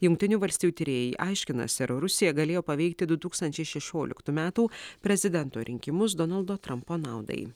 jungtinių valstijų tyrėjai aiškinasi ar rusija galėjo paveikti du tūkstančiai šešioliktų metų prezidento rinkimus donaldo trampo naudai